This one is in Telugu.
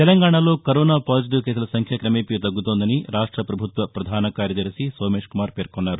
తెలంగాణలో కరోనా పాజిటివ్ కేసుల సంఖ్య క్రమేపీ తగ్గుతోందని రాష్ట పభుత్వ ప్రధాన కార్యదర్శి సోమేశ్ కుమార్ పేర్కొన్నారు